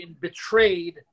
Betrayed